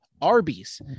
Arby's